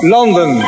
London